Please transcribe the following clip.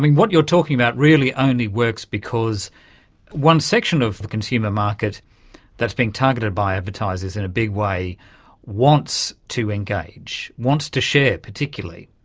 what you're talking about really only works because one section of the consumer market that is being targeted by advertisers in a big way wants to engage, wants to share particularly.